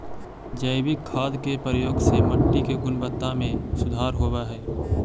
जैविक खाद के प्रयोग से मट्टी के गुणवत्ता में सुधार होवऽ हई